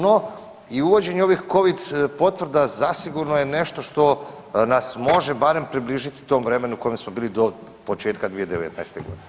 No i uvođenje ovih covid potvrda zasigurno je nešto što nas može barem približiti tom vremenu u kojem smo bili do početka 2019.g.